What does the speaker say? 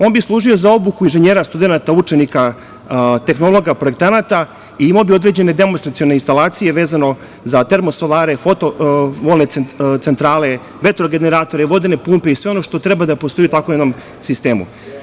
On bi služio za obuku inženjera, studenata, učenika, tehnologa, projektanata i imao bi određene demonstracione instalacije vezano za termostolare, centrale, vetrogeneratore, vodene pumpe i sve ono što treba da postoji u takvom jednom sistemu.